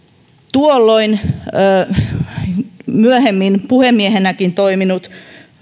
tuolloin myöhemmin puhemiehenäkin toiminut